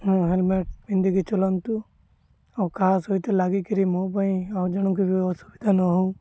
helmet ପିନ୍ଧିକି ଚଲାନ୍ତୁ ଆଉ କାହା ସହିତ ଲାଗି କରି ମୋ ପାଇଁ ଆଉ ଜଣଙ୍କୁ ବି ଅସୁବିଧା ନ ହଉ